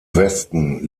westen